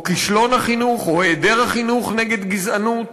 או כישלון החינוך או היעדר החינוך נגד גזענות,